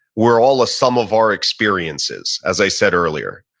we're all a sum of our experiences as i said earlier,